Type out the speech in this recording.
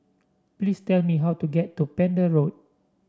please tell me how to get to Pender Road